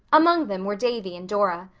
among them were davy and dora.